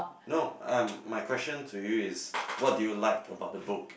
no um my question to you is what do you like about the book